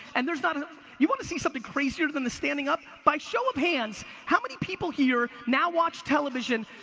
and there's not. ah you want to see something crazier than the standing up? by show of hands, how many people here now watch television,